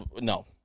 no